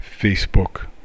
Facebook